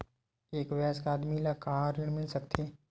एक वयस्क आदमी ला का ऋण मिल सकथे?